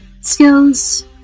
skills